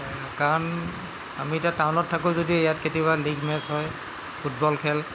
কাৰণ আমি এতিয়া টাউনত থাকোঁ যদিও ইয়াত কেতিয়াবা লীগ মেচ হয় ফুটবল খেল